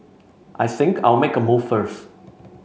I think I'll make a move first